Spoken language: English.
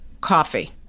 Coffee